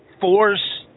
force